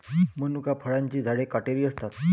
मनुका फळांची झाडे काटेरी असतात